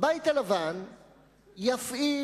הבית הלבן יפעיל,